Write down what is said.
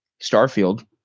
Starfield